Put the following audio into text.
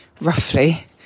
roughly